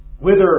whither